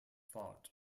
fought